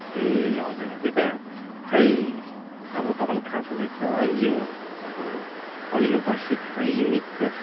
ए हजुर त्यही त खै अब तपाईँलाई थाहा छँदै छ है यो पहिलो बार्षिक है युनिट टेस्ट